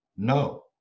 no